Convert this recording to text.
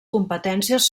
competències